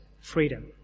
freedom